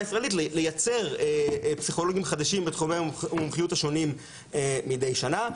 הישראלית לייצר פסיכולוגים חדשים בתחומי המומחיות השונים מדי שנה.